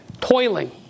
Toiling